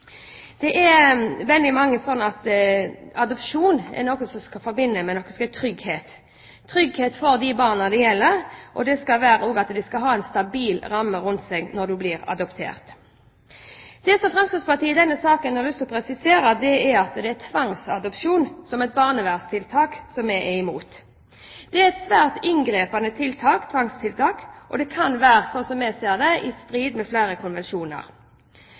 sånn at adopsjon er noe man forbinder med trygghet, trygghet for de barna det gjelder, og det skal også være slik at de skal ha en stabil ramme rundt seg når de blir adoptert. Det Fremskrittspartiet i denne saken har lyst til å presisere, er at det er tvangsadopsjon som et barnevernstiltak vi er imot. Det er et svært inngripende tvangstiltak, og, slik jeg ser det, kan det være i strid med flere konvensjoner.